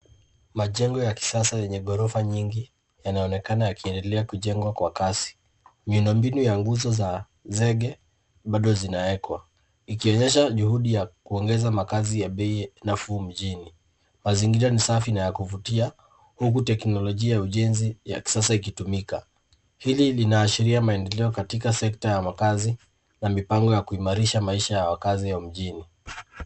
Majengo ya kisasa yenye ghorofa nyingi yanaonekana yakiendelea kujengwa kwa kasi. Miundo mbinu ya nguzo za zege bado zinawekwa, ikionyesha juhudi ya kuongeza makazi ya bei ya nafuu mjini. Mazingira ni safi na ya kuvutia, huku teknolojia ya ujenzi ya kisasa ikitumika. Hili linaashiria maendeleo katika sekta ya makazi na mipango ya kuimarisha maisha ya wakazi wa mjini.